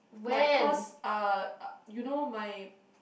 like cause uh you know my